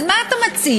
אז מה אתה מציע?